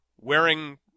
wearing